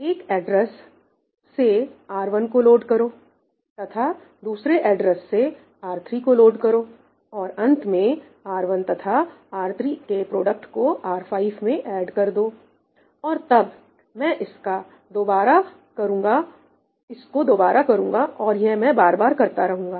एक एड्रेस से R1 को लोड करो तथा दूसरे एड्रेस से R3 को लोड करो और अंत में R1 तथा R3 के प्रोडक्ट को R5 में ऐड कर दो और तब मैं इसको दोबारा करूंगा और यह मैं बार बार करता रहूंगा